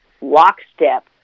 lockstep